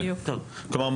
כלומר,